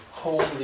Holy